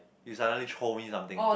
you suddenly throw me something to